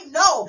no